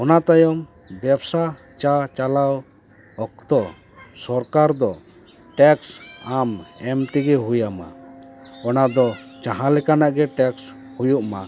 ᱚᱱᱟ ᱛᱟᱭᱚᱢ ᱵᱮᱵᱽᱥᱟ ᱪᱟᱪᱟᱞᱟᱣ ᱚᱠᱛᱚ ᱥᱚᱨᱠᱟᱨ ᱫᱚ ᱴᱮᱠᱥ ᱟᱢ ᱮᱢ ᱛᱮᱜᱮ ᱦᱩᱭᱟᱢᱟ ᱚᱱᱟ ᱫᱚ ᱡᱟᱦᱟᱸ ᱞᱮᱠᱟᱱᱟᱜ ᱜᱮ ᱴᱮᱠᱥ ᱦᱩᱭᱩᱜ ᱢᱟ